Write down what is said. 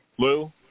Lou